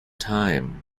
time